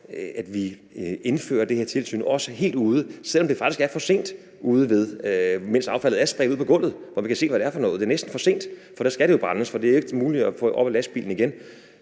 også indfører det her tilsyn helt ude, hvor det faktisk er for sent; helt ude, hvor affaldet er spredt ud på gulvet og vi kan se, hvad det er for noget. Det er næsten for sent, for der skal det jo brændes, for det er ikke muligt at få det op i lastbilen igen.